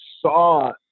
saw